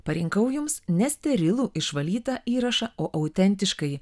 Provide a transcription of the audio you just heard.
parinkau jums nesterilų išvalytą įrašą o autentiškai